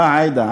אה, עאידה.